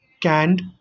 canned